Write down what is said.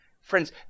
Friends